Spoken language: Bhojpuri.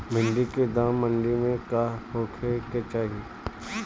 भिन्डी के दाम मंडी मे का होखे के चाही?